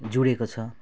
जोडेको छ